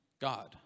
God